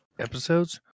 Episodes